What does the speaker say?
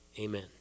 Amen